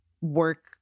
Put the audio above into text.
work